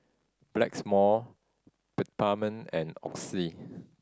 blacks more Peptamen and Oxy